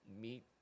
meet